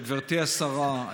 גברתי השרה,